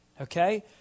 Okay